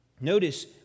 Notice